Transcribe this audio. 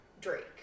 Drake